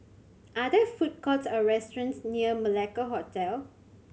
are there food courts or restaurants near Malacca Hotel